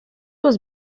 was